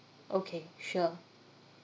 okay sure